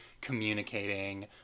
communicating